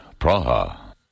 Praha. (